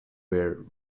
were